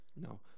No